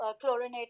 chlorinated